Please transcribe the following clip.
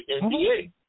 NBA